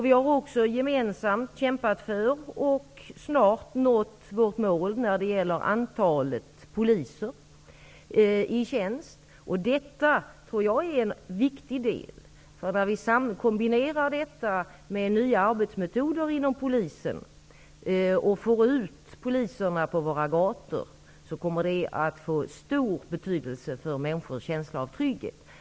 Vi har också gemensamt kämpat för -- och snart nått vårt mål -- att få önskat antal poliser i tjänst. Jag tror detta är en viktig del när vi kombinerar det med nya arbetsmetoder för polisen. När vi får ut polisen på våra gator kommer det att få stor betydelse för människors känsla av trygghet.